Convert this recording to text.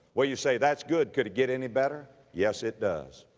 well you say, that's good, could it get any better? yes it does.